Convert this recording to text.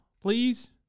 Please